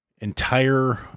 entire